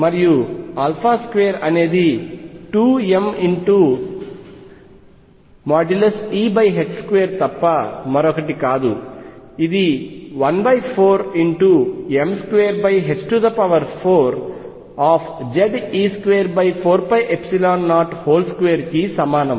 మరియు 2 అనేది 2mE2 తప్ప మరొకటి కాదు ఇది 14m24Ze24π02 కి సమానం